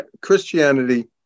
Christianity